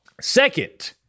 Second